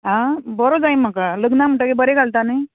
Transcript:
आं बरो जाय म्हाका लग्न म्हणटगीर बरें घालता न्ही